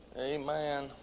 Amen